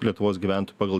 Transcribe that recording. lietuvos gyventojų pagal